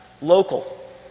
local